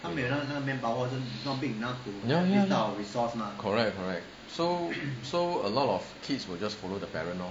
ya ya ya correct correct so so a lot of kids just follow the parent lor